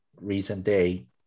recent-day